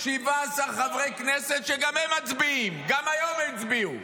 17 חברי כנסת שגם מצביעים, גם היום הם הצביעו,